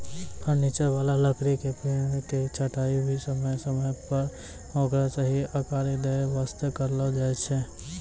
furniture वाला लकड़ी के पेड़ के छंटाई भी समय समय पर ओकरा सही आकार दै वास्तॅ करलो जाय छै